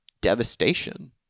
devastation